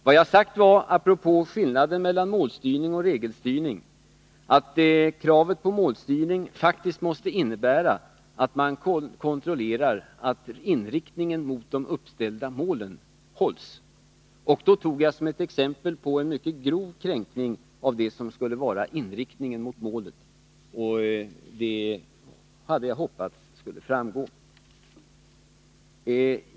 Vad jag framhållit, apropå skillnaden mellan målstyrning och regelstyrning, är att kravet på målstyrning faktiskt måste innebära att man kontrollerar att inriktningen på de uppställda målen upprätthålls. Jag tog som exempel en mycket grov kränkning av det som skulle vara inriktningen på målet. Jag hade hoppats att det framgick av det som jag sade.